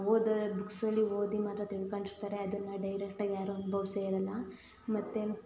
ಓದೋ ಬುಕ್ಸಲ್ಲಿ ಓದಿ ಮಾತ್ರ ತಿಳ್ಕಂಡಿರ್ತಾರೆ ಅದನ್ನು ಡೈರೆಕ್ಟಾಗಿ ಯಾರೂ ಅನ್ಭವ್ಸೇ ಇರಲ್ಲ ಮತ್ತು